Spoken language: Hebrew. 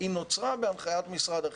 היא נוצרה בהנחיית משרד החינוך.